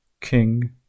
King